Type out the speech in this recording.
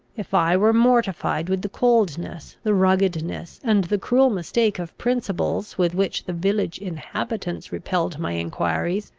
if i were mortified with the coldness, the ruggedness, and the cruel mistake of principles with which the village inhabitants repelled my enquiries,